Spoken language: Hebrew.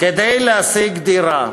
כדי להשיג דירה.